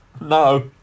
No